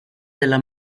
della